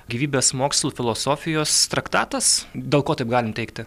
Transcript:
gyvybės mokslų filosofijos traktatas dėl ko taip galim teigti